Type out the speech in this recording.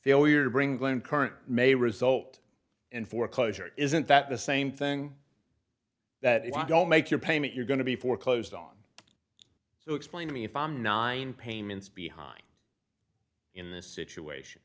failure to bring glenn current may result in foreclosure isn't that the same thing that you don't make your payment you're going to be foreclosed on so explain to me if i'm nineteen payments behind in this situation